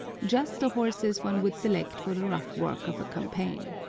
just the horses one would select for the rough work of a campaign.